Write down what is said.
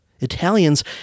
Italians